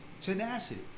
tenacity